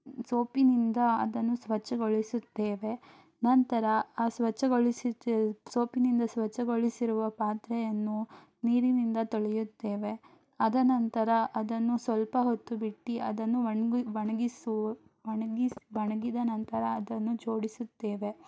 ಸೋಪಿನಿಂದ ಅದನ್ನು ಸ್ವಚ್ಛಗೊಳಿಸುತ್ತೇವೆ ನಂತರ ಆ ಸ್ವಚ್ಛಗೊಳಿಸಿದ ಸೋಪಿನಿಂದ ಸ್ವಚ್ಛಗೊಳಿಸಿರುವ ಪಾತ್ರೆಯನ್ನು ನೀರಿನಿಂದ ತೊಳೆಯುತ್ತೇವೆ ಅದನಂತರ ಅದನ್ನು ಸ್ವಲ್ಪ ಹೊತ್ತು ಬಿಟ್ಟು ಅದನ್ನು ಒಣ್ಗಿ ಒಣ್ಗಿಸೋ ಒಣಗಿಸ್ ಒಣಗಿದ ನಂತರ ಅದನ್ನು ಜೋಡಿಸುತ್ತೇವೆ